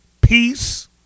peace